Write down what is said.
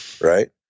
right